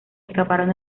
escaparon